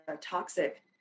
toxic